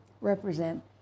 represent